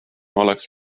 oleks